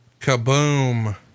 Kaboom